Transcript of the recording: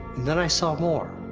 and then i saw more.